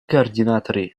координаторы